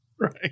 Right